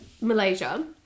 Malaysia